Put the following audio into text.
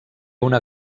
una